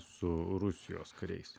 su rusijos kariais